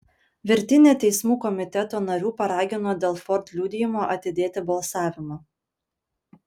virtinė teismų komiteto narių paragino dėl ford liudijimo atidėti balsavimą